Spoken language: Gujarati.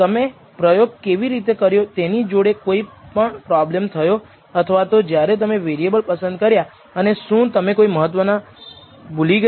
તમે પ્રયોગ કેવી રીતે કર્યો તેની જોડે કોઈ પ્રોબ્લેમ થયો અથવા તો જ્યારે તમે વેરિએબલ પસંદ કર્યા અને શું તમે કોઈ મહત્ત્વનું કંઈક ભૂલી ગયા